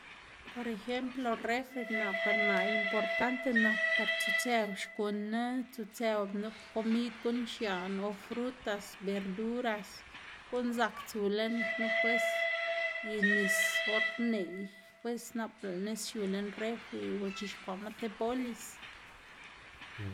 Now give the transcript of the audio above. Por ejemplo refri naꞌ par naꞌ importante nak par tsutsëw xkuná, tsutsëw nup komid guꞌn xiaꞌn o frutas, verduras, guꞌn zak tsu lën knu pues y nis or neꞌy pues nap lëꞌ nis xiu lën refri o c̲h̲ixkwaꞌma ti bolis.